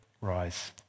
rise